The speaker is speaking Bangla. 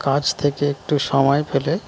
কাজ থেকে একটু সময় ফেলে